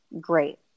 great